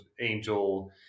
Angel